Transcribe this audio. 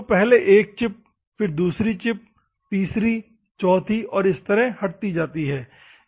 तो पहले एक चिप फिर दूसरी चिप तीसरी चिप चौथी चिप और इसी तरह हटती जाती है